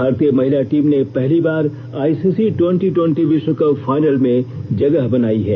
भारतीय महिला टीम ने पहली बार I C C twenty twenty विश्व कप फाइनल में जगह बनायी है